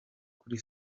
kuri